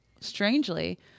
Strangely